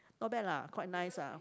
not bad lah quite nice ah